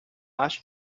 acho